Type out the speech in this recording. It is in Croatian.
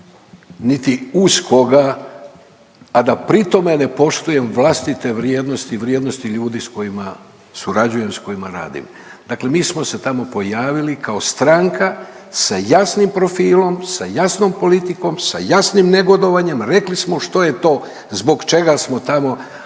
niti uz koga, a da pritom ne poštujem vlastite vrijednosti i vrijednosti ljudi sa kojima surađujem, sa kojima radim. Dakle, mi smo se tamo pojavili kao stranka sa jasnim profilom, sa jasnom politikom, sa jasnim negodovanjem. Rekli smo što je to, zbog čega smo tamo,